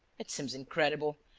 it seems incredible!